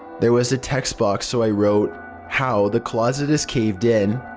there was a text box so i wrote how. the closet is caved in.